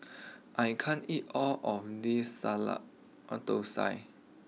I can't eat all of this Dosa